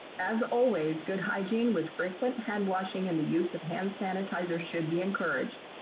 as always, good hygiene with frequent hand washing and the use of hand sanitizer should be encouraged.